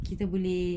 kita boleh